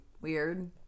weird